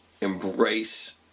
embrace